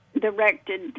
directed